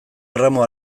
gramo